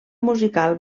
musical